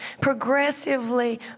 progressively